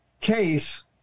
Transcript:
case